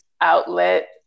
outlet